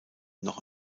noch